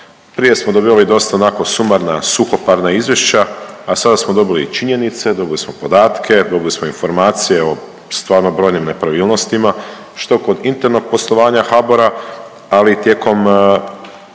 prije smo dobivali dosta onako sumarna, suhoparna izvješća, a sada smo dobili i činjenice, dobili smo podatke, dobili smo informacije o stvarno brojnim nepravilnostima što kod internog poslovanja HBOR-a, ali i tijekom